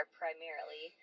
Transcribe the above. primarily